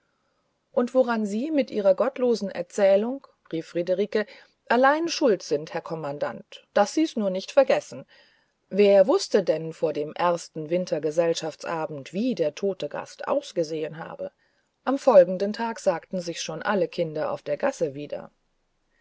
und woran sie mir ihrer gottlosen erzählung rief friederike allein schuld sind herr kommandant daß sie's nur nicht vergessen wer wußte denn vor dem ersten wintergesellschaftsabend wie der tote gast ausgesehen habe am folgenden tage sagten sich's schon alle kinder auf der gasse wieder